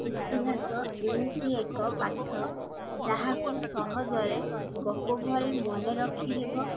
ଇତିହାସ ଏମିତି ଏକ ପାଠ ଯାହାକୁ ସହଜରେ ଗପ ଭଳି ମନେ ରଖିହେବ